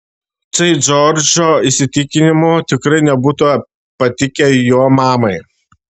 tai džordžo įsitikinimu tikrai nebūtų patikę jo mamai